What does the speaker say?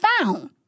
found